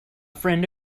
friend